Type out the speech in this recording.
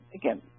again